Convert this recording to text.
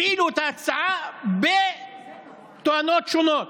הפילו את ההצעה בתואנות שונות.